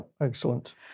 excellent